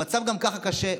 המצב גם ככה קשה,